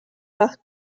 par